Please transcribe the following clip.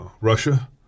Russia